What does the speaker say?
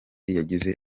yagize